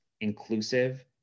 inclusive